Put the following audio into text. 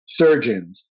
surgeons